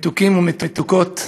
מתוקים ומתוקות,